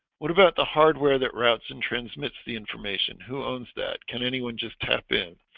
what about the hardware that routes and transmits the information who owns that can anyone just tap in?